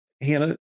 Hannah